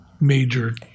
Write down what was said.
major